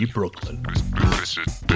Brooklyn